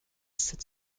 sept